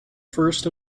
first